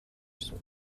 ирсэн